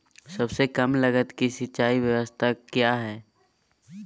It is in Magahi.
सबसे कम लगत की सिंचाई ब्यास्ता क्या है?